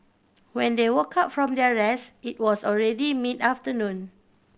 when they woke up from their rest it was already mid afternoon